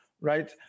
right